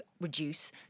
reduce